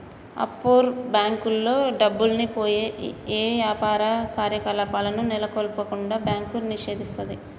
offshore బ్యేంకుల్లో డబ్బుల్ని యే యాపార కార్యకలాపాలను నెలకొల్పకుండా బ్యాంకు నిషేధిస్తది